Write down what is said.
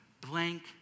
blank